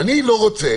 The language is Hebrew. אני לא רוצה